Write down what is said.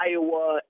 Iowa